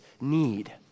need